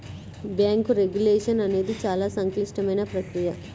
bank regulation అనేది చాలా సంక్లిష్టమైన ప్రక్రియ